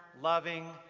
loving,